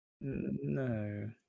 No